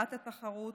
הגברת התחרות,